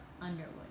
Underwood